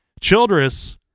Childress